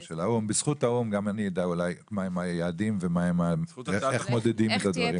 בזכות האו"ם גם אני אדע אולי מה הם היעדים ואיך מודדים את הדברים,